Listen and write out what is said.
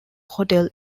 hotel